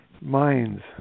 minds